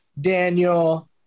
Daniel